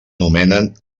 anomenen